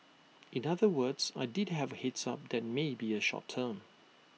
in other words I did have A heads up that may be A short term